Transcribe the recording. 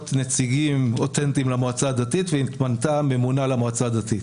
נציגים אותנטיים למועצה הדתית והתמנתה ממונה למועצה הדתית.